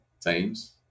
teams